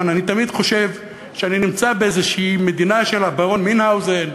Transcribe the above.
אני תמיד חושב שאני נמצא במדינה כלשהי של הברון מינכהאוזן,